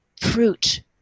fruit